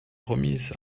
remise